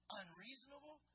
unreasonable